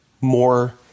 more